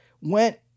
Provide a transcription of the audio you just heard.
went